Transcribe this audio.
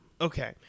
okay